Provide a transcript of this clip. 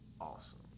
awesome